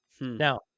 now